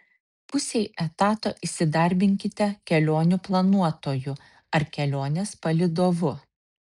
pusei etato įsidarbinkite kelionių planuotoju ar kelionės palydovu